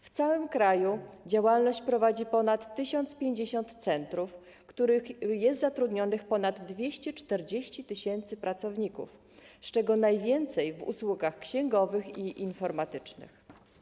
W całym kraju działalność prowadzi ponad 1050 centrów, w których jest zatrudnionych ponad 240 tys. pracowników, z czego najwięcej w usługach księgowych i informatycznych.